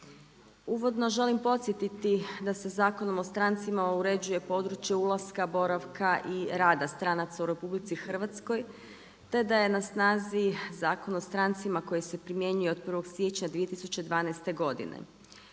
Uvodno želim podsjetiti da se Zakonom o strancima uređuje područje ulaska, boravka i rada stranaca u RH te da je na snazi Zakon o strancima koji se primjenjuje od 1. siječnja 2012. godine.